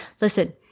Listen